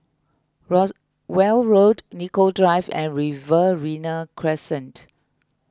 Rowell Road Nicoll Drive and Riverina Crescent